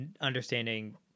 understanding